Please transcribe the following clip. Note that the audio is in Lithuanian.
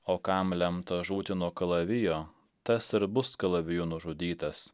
o kam lemta žūti nuo kalavijo tas ir bus kalaviju nužudytas